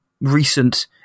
recent